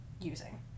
using